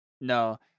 No